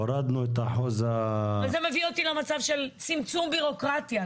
הורדנו את אחוז --- וזה מביא אותי למצב של צמצום בירוקרטיה.